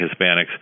Hispanics